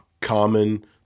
Common